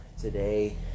today